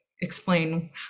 explain